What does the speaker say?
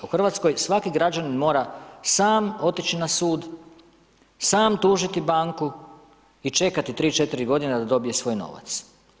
U Hrvatskoj svaki građanin mora sam otići na sud, sam tužiti banku i čekati 3, 4 godine da dobije svoj novac.